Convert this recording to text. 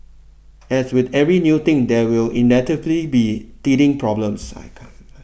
as with every new thing there will inevitably be teething problems I can